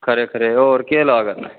खरे खरे होर केह् लाये दा